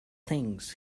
things